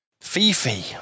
Fifi